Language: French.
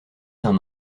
saint